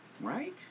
right